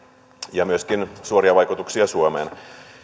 ja myöskin suoria vaikutuksia suomeen